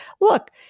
Look